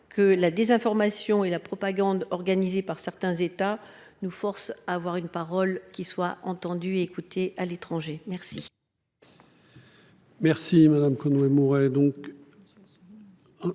que la désinformation et la propagande organisée par certains États nous force à avoir une parole qui soit entendu, écouté à l'étranger. Merci.